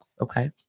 Okay